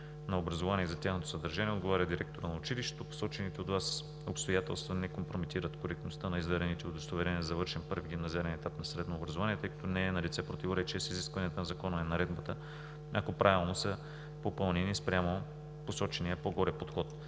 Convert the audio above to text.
на образование и за тяхното съдържание отговаря директорът на училището. Посочените от Вас обстоятелства не компрометират коректността на издадените удостоверения за завършен първи гимназиален етап на средно образование, тъй като не е налице противоречие с изискванията на Закона и Наредбата, ако правилно са попълнени спрямо посочения по-горе подход.